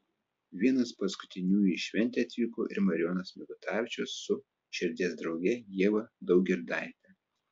vienas paskutiniųjų į šventę atvyko ir marijonas mikutavičius su širdies drauge ieva daugirdaite